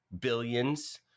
billions